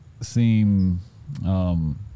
seem